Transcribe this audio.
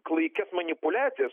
klaikias manipuliacijas